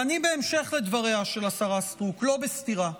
ואני בהמשך לדבריה של השרה סטרוק, לא בסתירה,